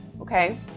Okay